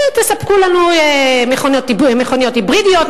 תספקו לנו מכוניות היברידיות,